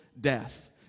death